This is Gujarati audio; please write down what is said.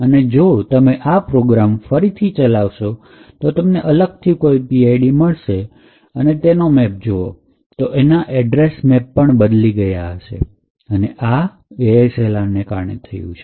અને જો તમે આ પ્રોગ્રામ ફરીથી ચલાવશો તો તમને અલગથી PID મળશે અને તમે એનો મેપ જોવો તો તેમાં એડ્રેસ મેપ બદલી ગયા હશે અને તે એ ASLRને કારણે થયું છે